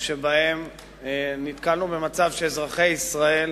שבהם נתקלנו במצב שאזרחי ישראל,